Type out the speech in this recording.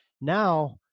Now